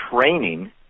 training